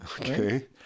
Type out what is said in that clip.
Okay